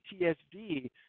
PTSD